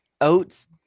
Oats